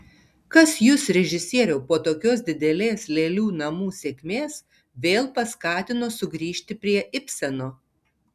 kas jus režisieriau po tokios didelės lėlių namų sėkmės vėl paskatino sugrįžti prie ibseno